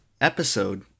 episode